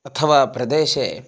अथवा प्रदेशे